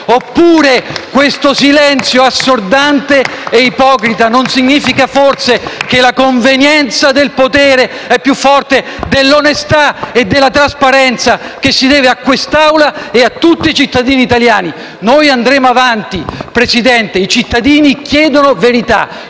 PD)*. Questo silenzio assordante e ipocrita non significa forse che la convenienza del potere è più forte dell'onestà e della trasparenza che si deve a quest'Aula e a tutti i cittadini italiani? Noi andremo avanti, signor Presidente, perché i cittadini chiedono verità.